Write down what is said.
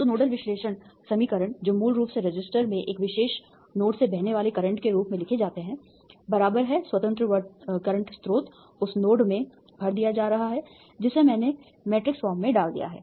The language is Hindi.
तो नोडल विश्लेषण समीकरण जो मूल रूप से रेसिस्टर में एक विशेष नोड्स से बहने वाले करंट के रूप में लिखे जाते हैं स्वतंत्र वर्तमान स्रोत उस नोड में भर दिया जा रहा है जिसे मैंने मैट्रिक्स फॉर्म में डाल दिया है